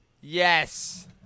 Yes